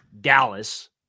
Dallas